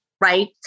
right